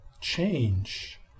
change